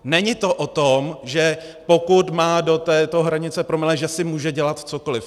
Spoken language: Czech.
Není to o tom, že pokud má do této hranice promile, že si může dělat cokoliv.